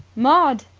maud!